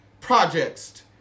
projects